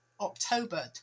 October